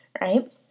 Right